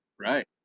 Right